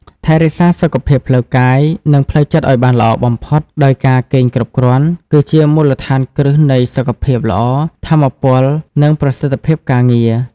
ថែរក្សាសុខភាពផ្លូវកាយ និងផ្លូវចិត្តឱ្យបានល្អបំផុតដោយការគេងគ្រប់គ្រាន់គឺជាមូលដ្ឋានគ្រឹះនៃសុខភាពល្អ ថាមពល និងប្រសិទ្ធភាពការងារ។